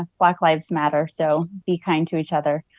ah black lives matter, so be kind to each other.